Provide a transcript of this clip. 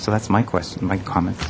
so that's my question my comments